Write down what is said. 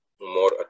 more